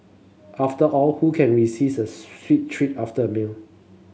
after all who can resist a sweet treat after a meal